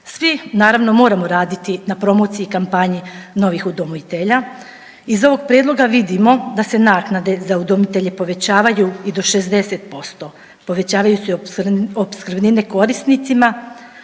Svi naravno moramo raditi na promociji i kampanji novih udomitelja. Iz ovog prijedloga vidimo da se naknade za udomitelje povećavaju i do 60%, povećavaju se i opskrbnine korisnicima.